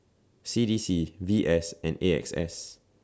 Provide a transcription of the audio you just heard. C D C V S and A X S